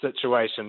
situation